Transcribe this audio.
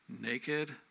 naked